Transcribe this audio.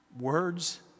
Words